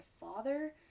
father